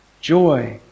joy